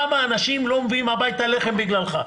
כמה אנשים לא מביאים הביתה לחם בגללך.